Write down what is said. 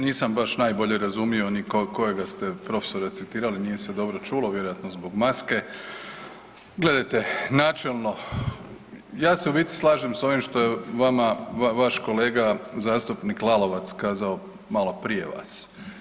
Nisam baš najbolje razumio ni kojega ste profesora citirali nije se dobro čulo vjerojatno zbog maske, gledajte načelno, ja se u biti slažem s onim što je vama vaš kolega zastupnik Lalovac kazao maloprije vas.